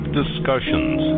discussions